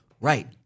Right